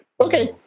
Okay